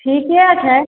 ठीके छै